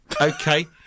Okay